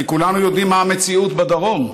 כי כולנו יודעים מה המציאות בדרום: